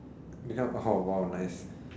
you become oh !wow! nice